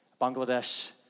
Bangladesh